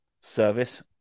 service